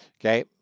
Okay